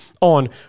on